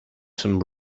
some